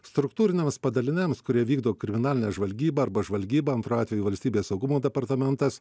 struktūriniams padaliniams kurie vykdo kriminalinę žvalgybą arba žvalgybą antru atveju valstybės saugumo departamentas